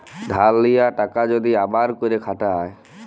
ধার লিয়া টাকা যদি আবার ক্যইরে খাটায়